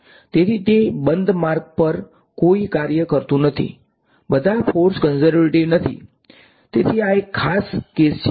તેથી તે બંધ માર્ગ પર કોઈ કાર્ય કરતું નથી બધા ફોર્સ કન્ઝર્વેટીવ નથી તેથી આ એક ખાસ કેસ છે